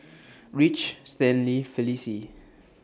Ridge Stanley Felicie